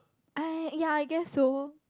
I ya I guess so